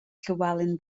llywelyn